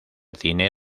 cine